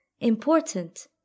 important